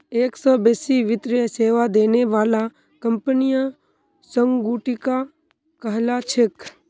एक स बेसी वित्तीय सेवा देने बाला कंपनियां संगुटिका कहला छेक